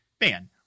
man